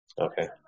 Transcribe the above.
Okay